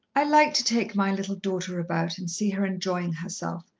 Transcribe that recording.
i like to take my little daughter about and see her enjoying herself,